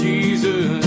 Jesus